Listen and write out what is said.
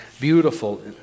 beautiful